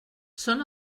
són